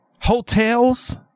hotels